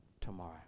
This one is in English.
tomorrow